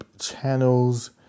channels